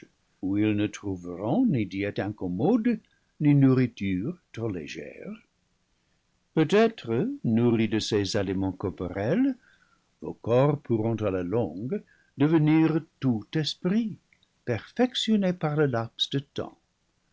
où ils ne trouve ront ni diète incommode ni nourriture trop légère peut-être nourris de ces aliments corporels vos corps pourront à la lon gue devenir tout esprits perfectionnés par le laps de temps